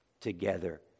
together